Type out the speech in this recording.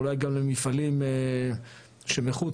אולי גם למפעלים שמחוץ,